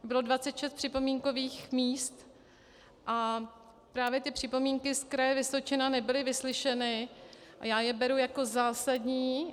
Bylo 26 připomínkových míst a právě připomínky z kraje Vysočina nebyly vyslyšeny a já je beru jako zásadní.